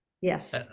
Yes